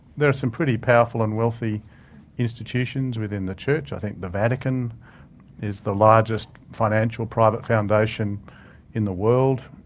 there are some pretty powerful and wealthy institutions within the church. i think the vatican is the largest financial private foundation in the world,